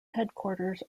headquarters